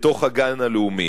בתוך הגן הלאומי.